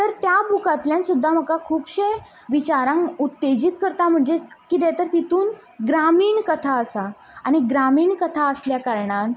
तर त्या बुकांतल्यान सुद्दां म्हाका खुबशें विचारांक उत्तेजीत करता म्हणजे कितें तर तितून ग्रामीण कथा आसा आनी ग्रामीण कथा आसल्या कारणान